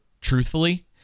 truthfully